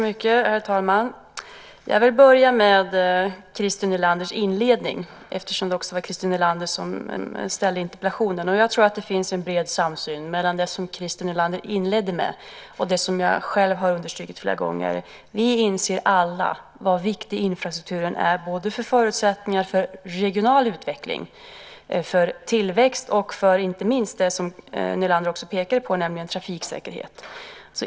Herr talman! Jag vill börja med Christer Nylanders inledning, eftersom det också var Christer Nylander som ställde interpellationen. Jag tror att det finns en bred samsyn när det gäller det som Christer Nylander inledde med och det som jag själv har understrukit flera gånger. Vi inser alla hur viktig infrastrukturen är när det gäller förutsättningar för regional utveckling, tillväxt och inte minst det som Nylander också pekade på, nämligen trafiksäkerhet.